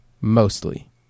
mostly